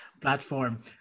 platform